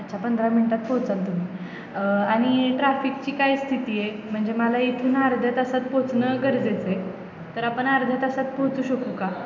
अच्छा पंधरा मिनटात पोहोचाल तुम्ही आणि ट्रॅफिकची काय स्थिती आहे म्हणजे मला इथून अर्ध्या तासात पोहोचणं गरजेचं आहे तर आपण अर्ध्या तासात पोहोचू शकू का